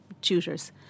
tutors